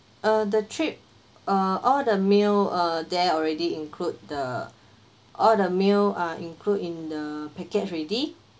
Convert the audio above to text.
uh the trip uh all the meal uh there already include the all the meal are include in the package already